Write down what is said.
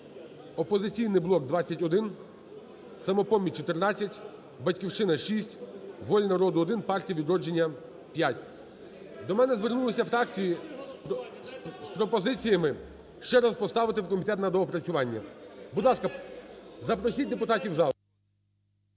"Опозиційний блок" – 21, "Самопоміч" – 14, "Батьківщина" – 6, "Воля народу" – 1, "Партія "Відродження" – 5. До мене звернулися фракції з пропозиціями ще раз поставити "в комітет на доопрацювання". Будь ласка, запросіть депутатів в зал.